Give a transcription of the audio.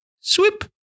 sweep